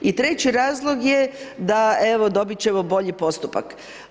I treći razlog je da evo dobiti ćemo bolji postupak.